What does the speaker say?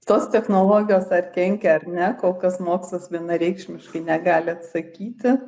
tos technologijos ar kenkia ar ne kol kas mokslas vienareikšmiškai negali atsakyti